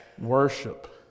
worship